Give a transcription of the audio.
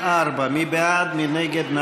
354, של חברי הכנסת איימן